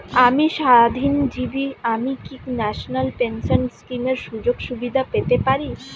আমি স্বাধীনজীবী আমি কি ন্যাশনাল পেনশন স্কিমের সুযোগ সুবিধা পেতে পারি?